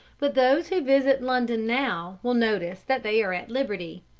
but those who visit london now will notice that they are at liberty.